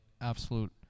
absolute